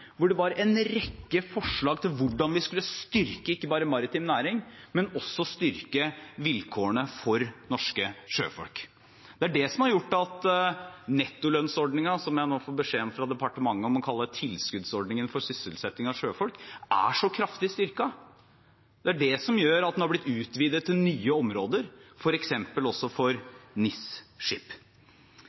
hvor det var en rekke forslag om hvordan vi skulle styrke ikke bare maritim næring, men også vilkårene for norske sjøfolk. Det er det som har gjort at nettolønnsordningen, som jeg nå får beskjed om fra departementet å kalle «tilskuddsordningen for sysselsetting av sjøfolk», er så kraftig styrket. Det er det som gjør at den har blitt utvidet til nye områder, f.eks. også